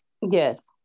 Yes